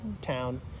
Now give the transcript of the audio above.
town